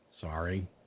Sorry